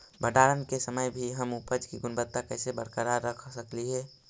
भंडारण के समय भी हम उपज की गुणवत्ता कैसे बरकरार रख सकली हे?